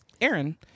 Aaron